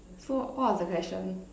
so what was the question